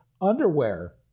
underwear